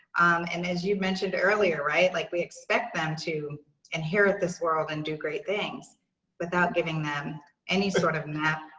and as you mentioned earlier right? like we expect them to inherit this world and do great things without giving them any sort of map,